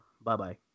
Bye-bye